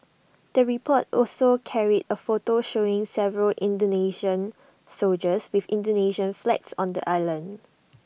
the report also carried A photo showing several Indonesian soldiers with Indonesian flags on the island